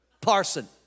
parson